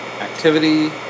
activity